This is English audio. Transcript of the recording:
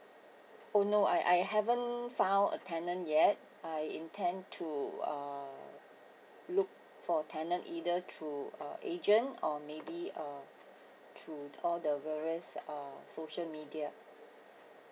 oh no I I haven't found a tenant yet I intend to uh look for tenant either through uh agent or maybe uh through all the various uh social media